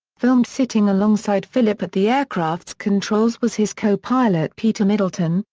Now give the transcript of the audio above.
filmed sitting alongside philip at the aircraft's controls was his co-pilot peter middleton,